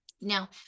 Now